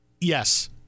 Yes